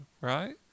right